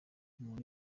umuntu